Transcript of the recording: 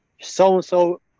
so-and-so